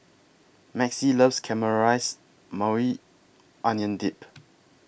Maxie loves Caramelized Maui Onion Dip